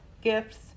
gifts